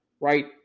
right